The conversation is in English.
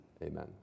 Amen